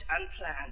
unplanned